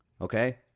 Okay